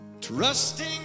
Trusting